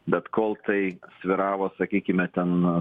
bet kol tai svyravo sakykime ten